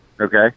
Okay